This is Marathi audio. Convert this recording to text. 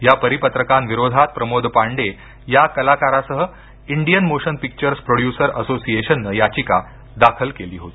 या परिपत्रकांविरोधात प्रमोद पांडे या कलाकारासह इंडियन मोशन पिक्चर्स प्रोड्युसर असोसिएशननं याचिका दाखल केली होती